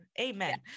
Amen